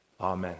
Amen